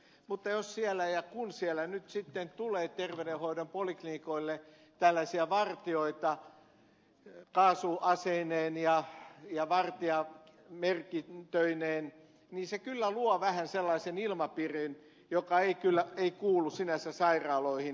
mutta jos ja kun sinne nyt sitten tulee terveydenhoidon poliklinikoille tällaisia vartijoita kaasuaseineen ja vartijamerkintöineen niin se kyllä luo vähän sellaisen ilmapiirin joka ei kuulu sinänsä sairaaloihin